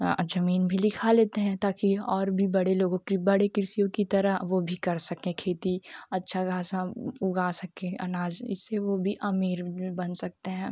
ज़मीन भी लिखा लेते हैं ताकि और भी बड़े लोगों कि बड़े कृषियों की तरह वह भी कर सकें खेती अच्छा खासा उगा सकें अनाज इससे वह भी अमीर बन सकते हैं